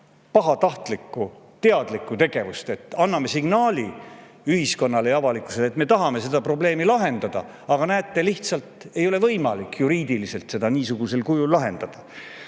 pahatahtlikku, teadlikku tegevust, et anname signaali ühiskonnale ja avalikkusele, et me tahame seda probleemi lahendada, aga näete, lihtsalt ei ole võimalik juriidiliselt seda niisugusel kujul lahendada,